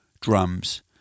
drums